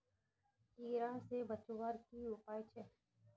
कीड़ा से फसल बचवार की उपाय छे?